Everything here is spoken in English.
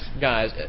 guys